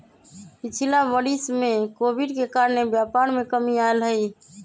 पिछिला वरिस में कोविड के कारणे व्यापार में कमी आयल हइ